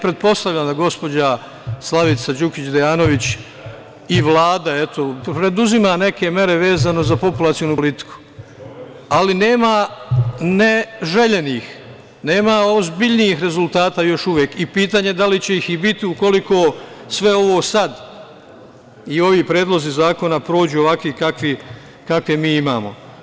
Pretpostavljam da gospođa Slavica Đukić Dejanović i Vlada preduzimaju neke mere vezane za populacionu politiku, ali nema ne željenih, nema ozbiljnijih rezultata još uvek i pitanje da li će ih i biti ukoliko sve ovo sada i ovi predlozi zakona prođu ovakvi kakve mi imamo.